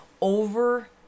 over